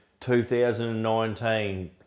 2019